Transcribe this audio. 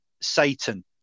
Satan